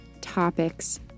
topics